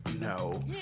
No